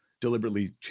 deliberately